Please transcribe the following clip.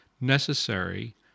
necessary